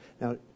now